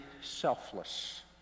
selfless